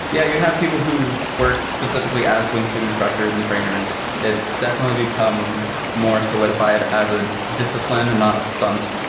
yeah, you have people who work specifically as wingsuit instructors and trainers. it's definitely become more solidified as a discipline and not a stunt.